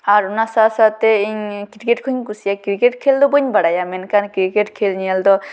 ᱟᱨ ᱚᱱᱟ ᱥᱟᱶ ᱥᱟᱶᱛᱮ ᱤᱧ ᱠᱤᱨᱠᱮᱴ ᱠᱚᱦᱚᱹᱧ ᱠᱩᱥᱤᱭᱟᱜᱼᱟ ᱠᱤᱨᱠᱮᱴ ᱠᱷᱮᱞ ᱫᱚ ᱵᱟᱹᱧ ᱵᱟᱲᱟᱭᱟ ᱢᱮᱱᱠᱷᱟᱱ ᱠᱠᱤᱨᱠᱮᱴ ᱠᱷᱮᱞ ᱧᱮᱞ ᱫᱚ